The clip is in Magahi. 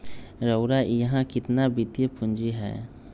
रउरा इहा केतना वित्तीय पूजी हए